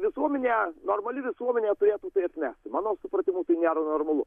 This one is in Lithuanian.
visuomenė normali visuomenė turėtų tai atmest mano supratimu tai nėra normalu